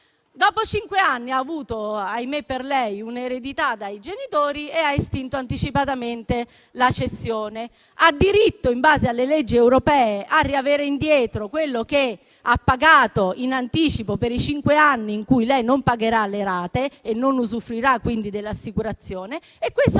Dopo cinque anni ha avuto - ahimè, per lei - un'eredità dai genitori e ha estinto anticipatamente la cessione. Ha diritto, in base alle leggi europee, a riavere indietro quello che ha pagato in anticipo per i cinque anni in cui non pagherà le rate e non usufruirà, quindi, dell'assicurazione; quei